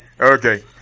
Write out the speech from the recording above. Okay